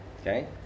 Okay